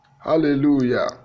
Hallelujah